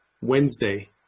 Wednesday